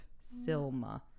Silma